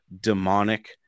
demonic